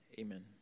amen